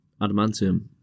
adamantium